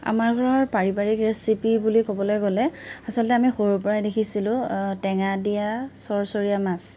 আমাৰ ঘৰৰ পাৰিবাৰিক ৰেচিপি বুলি ক'বলৈ গ'লে আচলতে আমি সৰুৰপৰাই দেখিছিলো টেঙা দিয়া চৰচৰীয়া মাছ